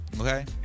Okay